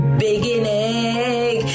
beginning